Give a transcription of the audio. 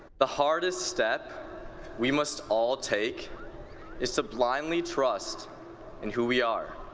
the hardest step we must all take is to blindly trust and who we are.